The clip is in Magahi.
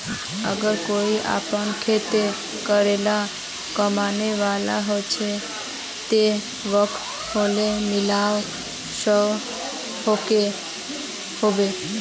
अगर कोई अपना घोरोत अकेला कमाने वाला होचे ते वाहक लोन मिलवा सकोहो होबे?